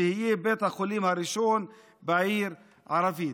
שיהיה בית החולים הראשון בעיר ערבית.